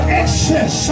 excess